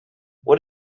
what